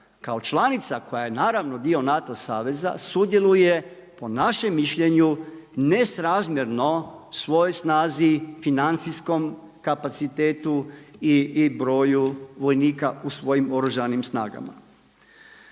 je članica naravno dio NATO saveza sudjeluje po našem mišljenju nesrazmjerno svojoj snazi, financijskom kapacitetu i broju vojnika u svojim oružanim snagama.